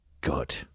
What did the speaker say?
Good